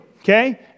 okay